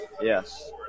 Yes